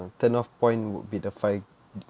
turn off point would be the five